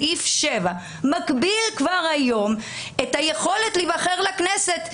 סעיף 7 מגביל את היכולת להיבחר לכנסת.